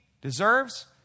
deserves